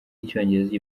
y’icyongereza